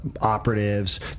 operatives